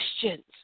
questions